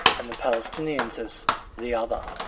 and the palestinians as the other.